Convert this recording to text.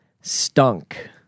stunk